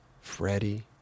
Freddie